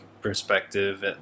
perspective